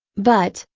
but,